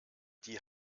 die